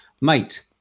Mate